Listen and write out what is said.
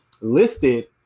listed